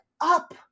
up